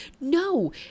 No